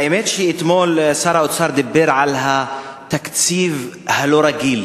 האמת שאתמול שר האוצר דיבר על התקציב הלא-רגיל,